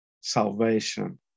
salvation